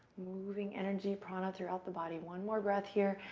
moving energy, prana throughout the body. one more breath here,